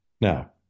Now